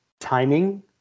timing